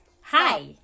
hi